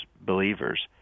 believers